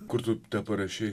kur tu tą parašei